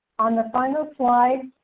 on the final slide,